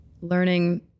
learning